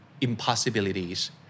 impossibilities